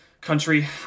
country